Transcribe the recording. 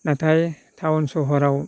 नाथाय टाउन सहराव